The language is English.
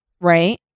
right